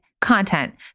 content